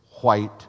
white